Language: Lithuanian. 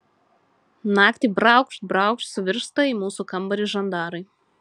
naktį braukšt braukšt suvirsta į mūsų kambarį žandarai